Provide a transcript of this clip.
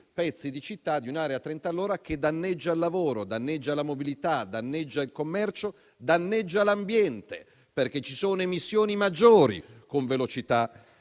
pezzi di città di un'area a trenta all'ora che danneggia il lavoro, danneggia la mobilità, danneggia il commercio e danneggia l'ambiente perché ci sono emissioni maggiori con velocità